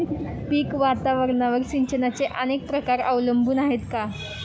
पीक वातावरणावर सिंचनाचे अनेक प्रकार अवलंबून आहेत का?